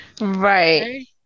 Right